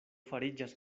fariĝas